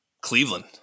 Cleveland